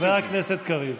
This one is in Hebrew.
חבר הכנסת קריב.